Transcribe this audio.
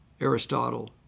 Aristotle